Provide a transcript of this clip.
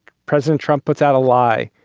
president trump puts out a lie.